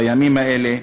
בימים האלה.